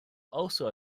also